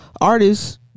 artists